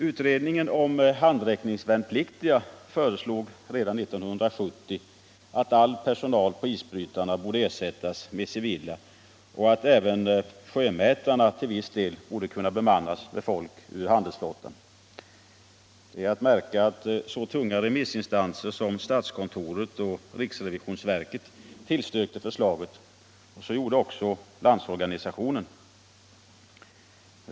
Utredningen om handräckningsvärnpliktiga föreslog redan 1970 att all personal på isbrytarna borde ersättas med civila och att även sjömätarna till viss del borde kunna bemannas med folk ur handelsflottan. Det är att märka att så tunga remissinstanser som statskontoret och riksrevisionsverket tillstyrkte förslaget, och så gjorde också LO.